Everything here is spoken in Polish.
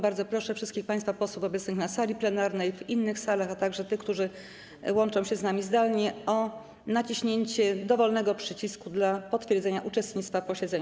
Bardzo proszę wszystkich państwa posłów obecnych na sali plenarnej, w innych salach, a także tych, którzy łączą się z nami zdalnie, o naciśnięcie dowolnego przycisku dla potwierdzenia uczestnictwa w posiedzeniu.